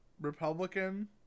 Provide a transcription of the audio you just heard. republican